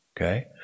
Okay